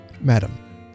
Madam